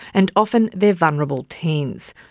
and often they're vulnerable teens.